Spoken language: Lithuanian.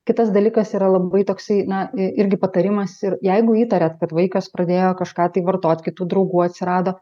kitas dalykas yra labai toksai na irgi patarimas ir jeigu įtariat kad vaikas pradėjo kažką tai vartot kitų draugų atsirado